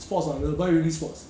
sports ah apply already sports